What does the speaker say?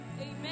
Amen